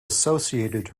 associated